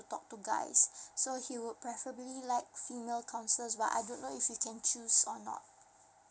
talk to guys so he would preferably like female counsollers but I don't know if you can choose or not